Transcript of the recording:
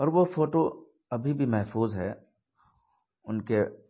اور وہ فوٹو ابھی بھی محفوظ ہے ان کے